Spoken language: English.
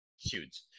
huge